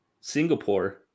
Singapore